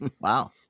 Wow